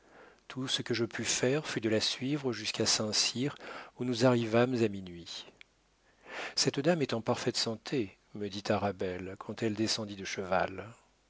tout ce que je pus faire fut de la suivre jusqu'à saint-cyr où nous arrivâmes à minuit cette dame est en parfaite santé me dit arabelle quand elle descendit de cheval